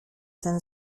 ten